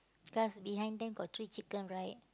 cause behind them got three chicken right